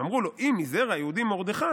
הם אמרו לו: "אם מזרע היהודים מרדכי